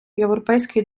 європейський